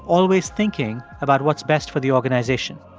always thinking about what's best for the organization.